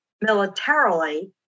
militarily